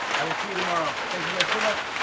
i will see you tomorrow. thank you guys so much.